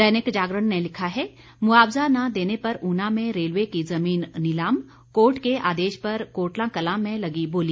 दैनिक जागरण ने लिखा है मुआवजा न देने पर ऊना में रेलवे की जमीन नीलाम कोर्ट के आदेश पर कोटला कलां में लगी बोली